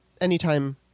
anytime